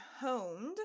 honed